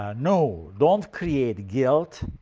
ah no, don't create guilt.